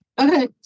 Okay